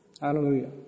Hallelujah